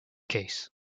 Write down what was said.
case